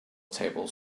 tables